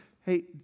hey